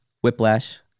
Whiplash